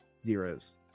zeros